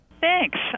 Thanks